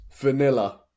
Vanilla